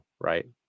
right